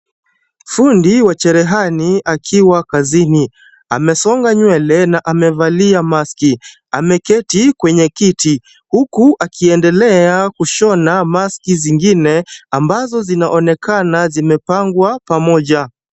Fundi wa cherehani akiwa kazini. Amesonga nywele na amevalia maski . Ameketi kwenye kiti huku akiendelea kushona maski zingine ambazo zinaonekana zimepangwa pamoja.